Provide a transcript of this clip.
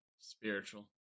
spiritual